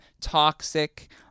Toxic